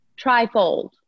Trifold